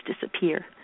disappear